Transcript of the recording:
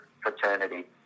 fraternity